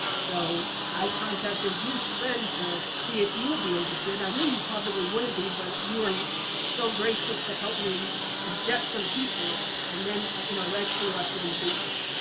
so, i contacted you, sven, to see if you would be interested. i knew you probably wouldn't be, but you were so gracious to help me suggest some people and then it you know led to us doing the bootcamp.